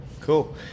cool